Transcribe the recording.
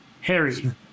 Harry